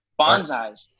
bonsais